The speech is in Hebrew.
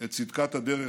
את צדקת הדרך,